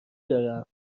دارم